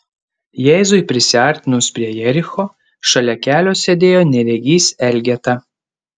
jėzui prisiartinus prie jericho šalia kelio sėdėjo neregys elgeta